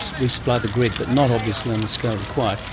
resupply the grid, but not obviously on the scale required,